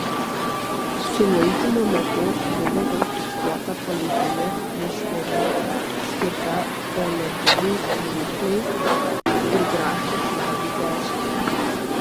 sulaikymo metu buvo konfiskuota palaidinė meškerė skirta poledinei žūklei ir grąžtas ledui gręžti